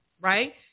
Right